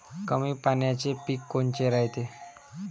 कमी पाण्याचे पीक कोनचे रायते?